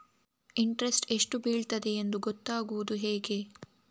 Interest ಎಷ್ಟು ಬೀಳ್ತದೆಯೆಂದು ಗೊತ್ತಾಗೂದು ಹೇಗೆ?